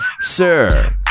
Sir